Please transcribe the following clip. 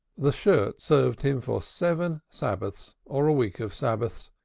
the shirt served him for seven sabbaths, or a week of sabbaths,